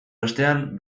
bestean